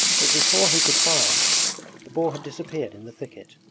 but before he could fire the boar had disappeared in the thicket.